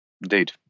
Indeed